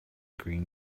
green